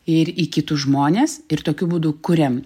ir į kitus žmones ir tokiu būdu kuriam